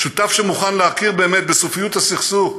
שותף שמוכן להכיר באמת בסופיות הסכסוך?